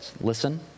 listen